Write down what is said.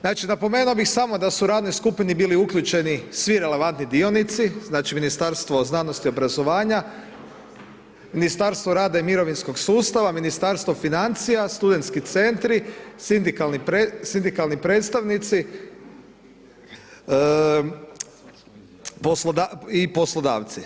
Znači, napomenuo bih samo da su radnoj skupini bili uključeni svi relevantni dionici znači Ministarstvo znanosti, obrazovanja, Ministarstvo rada i mirovinskog sustava, Ministarstvo financija, studentski centri, sindikalni predstavnici i poslodavci.